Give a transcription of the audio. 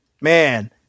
man